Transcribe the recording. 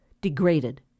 degraded